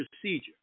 procedure